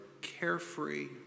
carefree